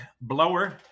Blower